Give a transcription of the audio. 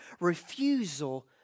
refusal